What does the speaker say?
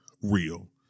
real